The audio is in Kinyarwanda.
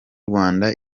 rwanda